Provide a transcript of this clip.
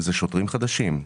זה שוטרים חדשים.